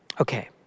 Okay